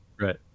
Right